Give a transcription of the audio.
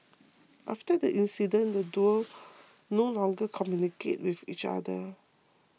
after the incident the duo no longer communicated with each other